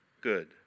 good